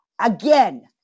Again